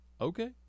Okay